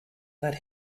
that